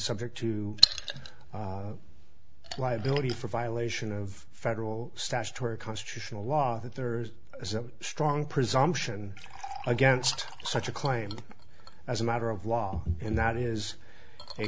subject to liability for violation of federal statutory constitutional law that there is a strong presumption against such a claim as a matter of law and that is a